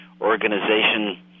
organization